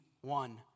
one